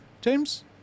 james